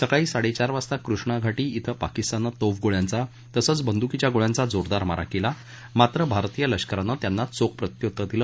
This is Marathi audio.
सकाळी साड्यार वाजता कृष्णा घाटी इथं पाकिस्ताननं तोफगोळ्यांचा तसंच बंदूकीच्या गोळ्यांचा जोरदार मारा कला मात्र भारतीय लष्करानं त्यांना चोख प्रत्युत्तर दिलं